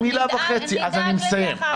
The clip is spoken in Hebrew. נדאג לזה אחר כך.